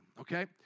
okay